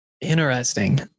Interesting